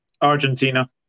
Argentina